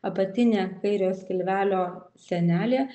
apatinė kairiojo skilvelio sienelė